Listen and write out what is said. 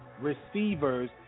receivers